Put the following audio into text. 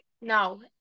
No